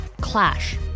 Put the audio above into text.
clash